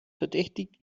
verdächtigt